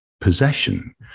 possession